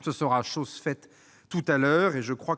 Ce sera chose faite tout à l'heure.